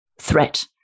threat